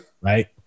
Right